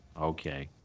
Okay